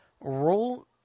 Roll